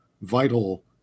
vital